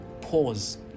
pause